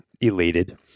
elated